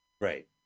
Right